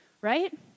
Right